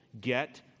Get